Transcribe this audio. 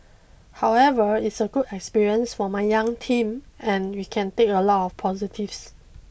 however it's a good experience for my young team and we can take a lot of positives